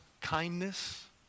kindness